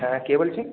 হ্যাঁ কে বলছেন